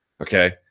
okay